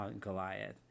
Goliath